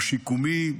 השיקומי,